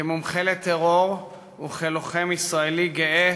כמומחה לטרור וכלוחם ישראלי גאה